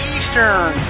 Eastern